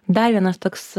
dar vienas toks